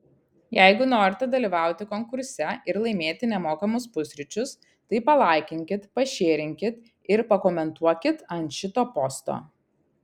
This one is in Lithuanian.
jeigu norite dalyvauti konkurse ir laimėti nemokamus pusryčius tai palaikinkit pašėrinkit ir pakomentuokit ant šito posto